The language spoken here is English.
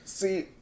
See